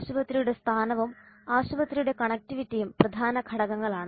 ആശുപത്രിയുടെ സ്ഥാനവും ആശുപത്രിയുടെ കണക്റ്റിവിറ്റിയും പ്രധാന ഘടകങ്ങളാണ്